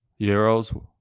euros